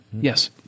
Yes